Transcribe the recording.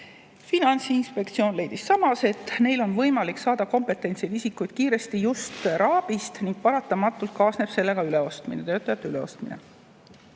Finantsinspektsioon leidis, et neil on võimalik saada kompetentseid isikuid kiiresti just RAB‑ist ning paratamatult kaasneb sellega töötajate